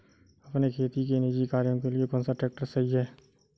अपने खेती के निजी कार्यों के लिए कौन सा ट्रैक्टर सही है?